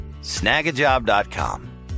Snagajob.com